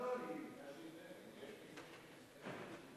לא, אני ביקשתי לדבר.